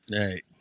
right